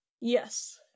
Yes